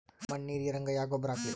ಮಣ್ಣ ನೀರ ಹೀರಂಗ ಯಾ ಗೊಬ್ಬರ ಹಾಕ್ಲಿ?